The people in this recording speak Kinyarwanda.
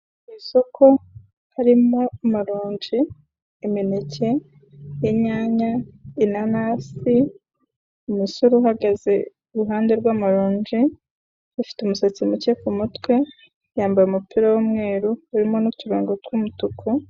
Isoko harimo amaronji, imineke, inyanya, inanasi, umusore uhagaze iruhande rw'amaronji, ufite umusatsi muke ku mutwe, yambaye umupira w'umweru urimo n'uturongo tw'umutuku.